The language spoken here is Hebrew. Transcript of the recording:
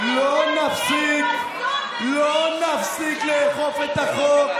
לא נפסיק לאכוף את החוק,